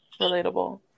relatable